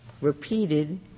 repeated